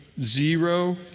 zero